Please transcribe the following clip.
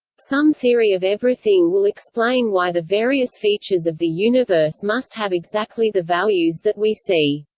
some theory of everything will explain why the various features of the universe must have exactly the values that we see.